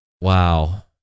Wow